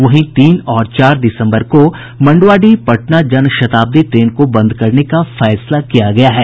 वहीं तीन और चार दिसम्बर को मंड्ञाडीह पटना जनशताब्दी ट्रेन को बंद करने का फैसला किया गया है